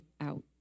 out